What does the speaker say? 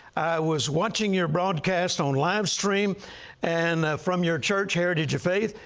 was watching your broadcast on livestream and from your church, heritage of faith.